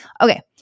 Okay